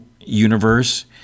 universe